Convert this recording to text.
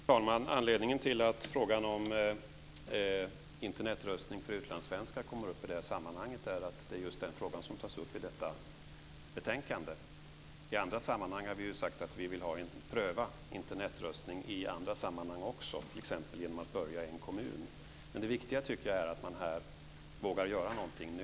Fru talman! Anledningen till att frågan om Internetröstning för utlandssvenskar kommer upp i det här sammanhanget är att det är just den frågan som tas upp i detta betänkande. Vi har ju sagt att vi vill pröva Internetröstning i andra sammanhang också - man kan t.ex. börja i en kommun. Men det viktiga tycker jag är att man vågar göra någonting nu.